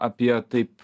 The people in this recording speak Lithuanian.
apie taip